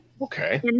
Okay